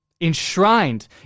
enshrined